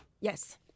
Yes